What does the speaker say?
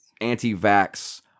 anti-vax